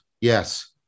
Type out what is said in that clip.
yes